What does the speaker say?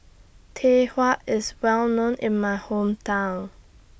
Tau Huay IS Well known in My Hometown